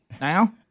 Now